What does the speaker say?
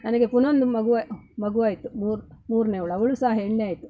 ನನಗೆ ಪುನಃ ಒಂದು ಮಗುವ ಮಗು ಆಯಿತು ಮೂರು ಮೂರ್ನೆಯವಳು ಅವಳು ಸಹ ಹೆಣ್ಣೇ ಆಯಿತು